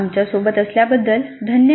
आमच्या सोबत असल्याबद्दल धन्यवाद